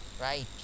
right